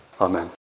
Amen